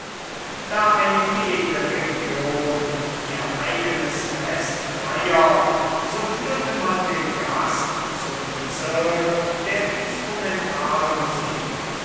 da eine jede region ihr eigenes fest feiert so führte man den gast zum bezirk der